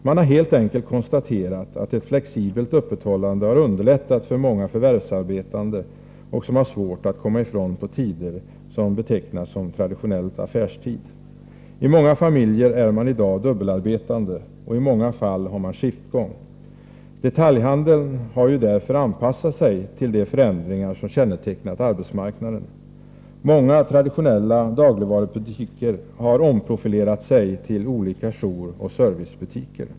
Man har helt enkelt konstaterat att ett flexibelt öppethållande har underlättat för många förvärvsarbetande som har svårt att komma ifrån på tider som betecknats som traditionell affärstid. I många familjer är man i dag dubbelarbetande, och i många fall har man skiftgång. Detaljhandeln har anpassat sig till de förändringar som skett på arbetsmarknaden. Många traditionella dagligvarubutiker har omprofilerat sig till jouroch servicebutiker.